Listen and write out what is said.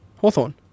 hawthorne